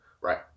Right